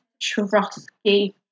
Trotsky